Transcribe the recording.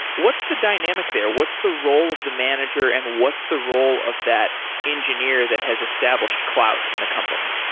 what's the dynamic there? what's the role of the manager and what's the role of that engineer that has established clout in the company?